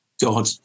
God